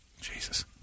Jesus